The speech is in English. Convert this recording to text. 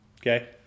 Okay